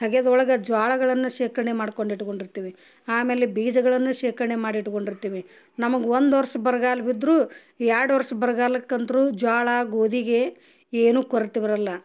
ಹಗೆದೊಳ್ಗ ಜ್ವಾಳಗಳನ್ನ ಶೇಖರ್ಣೆ ಮಾಡ್ಕೊಂಡು ಇಟ್ಕೊಂಡು ಇರ್ತೀವಿ ಆಮೇಲೆ ಬೀಜಗಳನ್ನು ಶೇಖರಣೆ ಮಾಡಿ ಇಟ್ಕೊಂಡು ಇರ್ತಿವಿ ನಮಗೆ ಒಂದು ವರ್ಷ ಬರ್ಗಾಲ ಬಿದ್ದರೂ ಎರಡು ವರ್ಷ ಬರ್ಗಾಲಕಂತ್ರು ಜ್ವಾಳ ಗೋದಿಗೆ ಏನು ಕೊರತೆ ಬರಲ್ಲ